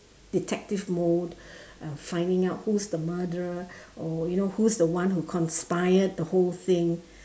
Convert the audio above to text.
detective mode uh finding out who's the murderer or you know who's the one who conspired the whole thing